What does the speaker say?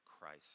Christ